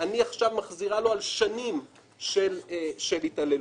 אני עכשיו מחזירה לו על שנים של התעללות.